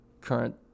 current